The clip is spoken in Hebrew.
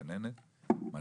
היא גננת מצליחה,